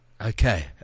Okay